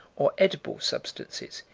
or edible substances,